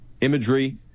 imagery